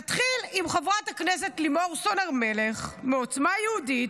נתחיל עם חברת הכנסת לימור סון הר מלך מעוצמה יהודית,